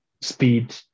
speed